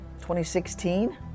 2016